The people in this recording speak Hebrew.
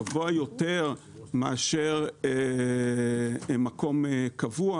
גבוה יותר מאשר מקום קבוע,